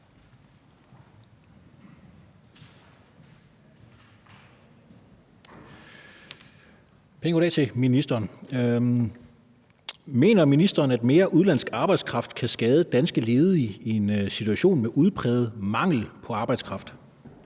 Mener ministeren, at mere udenlandsk arbejdskraft kan skade danske ledige i en situation med udpræget mangel på arbejdskraft?